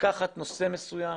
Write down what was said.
לקחת נושא מסוים,